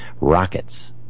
rockets